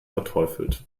verteufelt